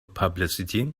publicity